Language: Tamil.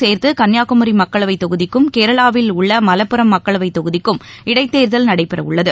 சேர்த்துகன்னியாகுமரிமக்களவைதொகுதிக்கும் கேரளாவில் உள்ளமலப்புரம் இதனுடன் மக்களவைதொகுதிக்கும் இடைத்தேர்தல் நடைபெறவுள்ளது